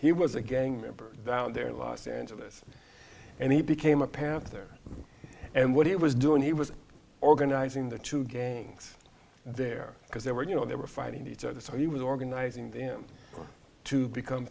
he was a gang member down there in los angeles and he became a panther and what he was doing he was organizing the two gangs there because they were you know they were fighting each other so he was organizing them to become